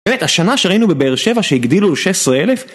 באמת, השנה שראינו בבאר שבע שהגדילו ל-16,000